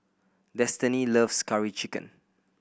Destinee loves Curry Chicken